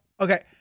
okay